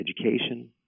education